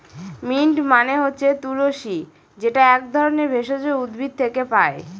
mint মানে হচ্ছে তুলশী যেটা এক ধরনের ভেষজ উদ্ভিদ থেকে পায়